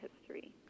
history